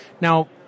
Now